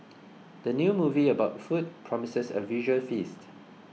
the new movie about food promises a visual feast